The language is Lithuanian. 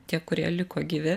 tie kurie liko gyvi